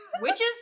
Witches